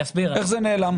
איך זה נעלם?